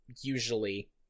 usually